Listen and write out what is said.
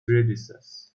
releases